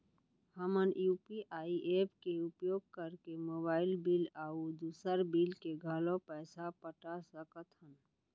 हमन UPI app के उपयोग करके मोबाइल बिल अऊ दुसर बिल के घलो पैसा पटा सकत हन